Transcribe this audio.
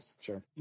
sure